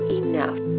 enough